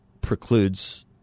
precludes